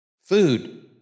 Food